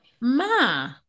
Ma